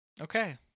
Okay